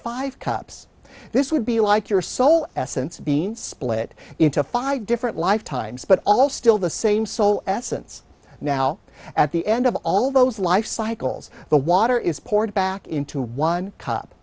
five cups this would be like your soul essence of beans split into five different lifetimes but all still the same so essence now at the end of all those life cycles the water is poured back into one cup